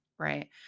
Right